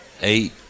eight